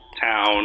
town